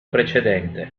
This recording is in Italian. precedente